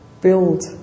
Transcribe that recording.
build